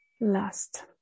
last